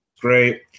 great